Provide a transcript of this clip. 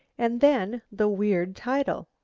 and then the weird title!